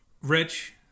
Rich